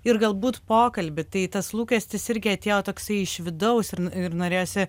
ir galbūt pokalbį tai tas lūkestis irgi atėjo taksi iš vidaus ir ir norėjosi